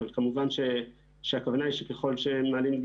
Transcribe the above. אבל כמובן שהכוונה היא שאם מעלים את גיל